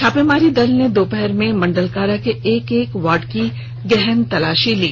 छापामारी दल ने दोपहर में मंडल कारा के एक एक वार्ड की गहन तलाशी ली